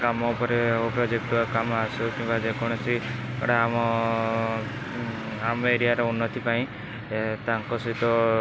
କାମ ଉପରେ ଓ ପ୍ରୋଜେକ୍ଟ୍ ର କାମ ଆସୁ କିମ୍ବା ଯେକୌଣସି ଗୋଟେ ଆମ ଆମ ଏରିଆର ଉନ୍ନତି ପାଇଁ ତାଙ୍କ ସହିତ